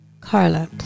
Carla